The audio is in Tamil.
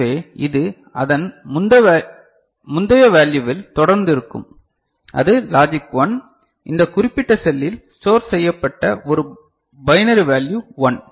எனவே இது அதன் முந்த வேல்யுவில் தொடர்ந்து இருக்கும் அது லாஜிக் 1 இந்த குறிப்பிட்ட செல்லில் ஸ்டோர் செய்யப்பட்ட ஒரு பைனரி வேல்யு 1